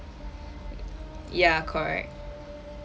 ya correct